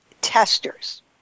testers